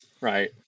right